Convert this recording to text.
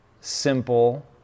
simple